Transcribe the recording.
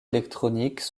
électroniques